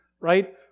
right